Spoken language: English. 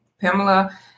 Pamela